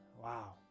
Wow